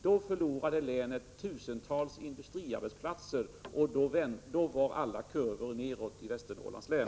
Då förlorade länet tusentals industriarbetsplatser, och då pekade alla kurvor nedåt i Västernorrlands län.